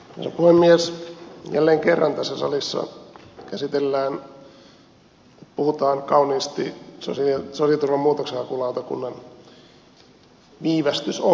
jälleen kerran tässä salissa käsitellään puhutaan kauniisti sosiaaliturvan muutoksenhakulautakunnan viivästysongelmista